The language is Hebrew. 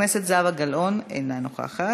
חברת הכנסת זהבה גלאון, אינה נוכחת,